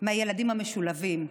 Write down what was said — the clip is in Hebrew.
מהילדים המשולבים.